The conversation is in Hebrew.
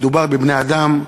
מדובר בבני-אדם,